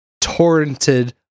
torrented